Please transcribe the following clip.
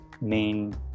main